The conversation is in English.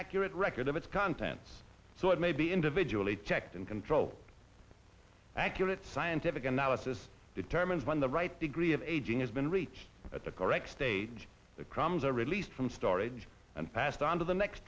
accurate record of its contents so it may be individually checked and controlled accurate scientific analysis determines when the right degree of aging has been reached at the correct stage the crumbs are released from storage and passed on to the next